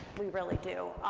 we really do.